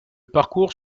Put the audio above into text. parcours